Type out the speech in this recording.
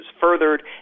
furthered